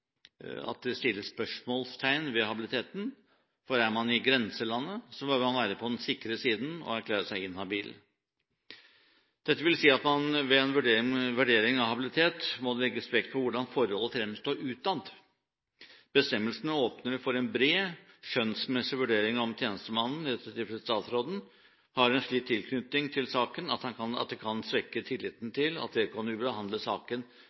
at det settes spørsmålstegn ved habiliteten, for er man i grenselandet, bør man være på den sikre siden og erklære seg inhabil. Dette vil si at det ved en vurdering av habilitet må legges vekt på hvordan forholdet fremstår utad. Bestemmelsene åpner for en bred, skjønnsmessig vurdering av om tjenestemannen – i dette tilfellet statsråden – har en slik tilknytning til saken at det kan svekke tilliten til at vedkommende vil behandle saken